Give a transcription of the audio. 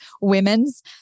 women's